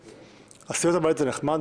סיעות הבית זה נחמד,